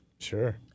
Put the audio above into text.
Sure